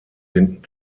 den